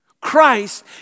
Christ